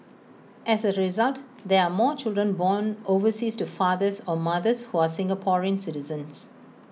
as A result there are more children born overseas to fathers or mothers who are Singaporean citizens